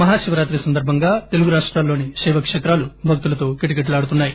మహాశివరాత్రి సందర్భంగా తెలుగు రాష్టాల్లోని శైవశ్తేత్రాలు భక్తులతో కిటకిటలాడుతున్నాయి